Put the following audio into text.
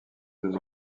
deux